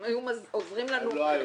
הם היו עוזרים לנו להבין.